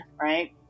right